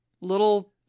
little